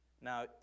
Now